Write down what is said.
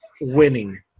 winning